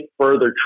further